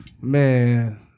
Man